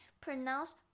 pronounce